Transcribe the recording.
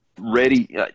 ready